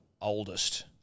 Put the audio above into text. oldest